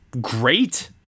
great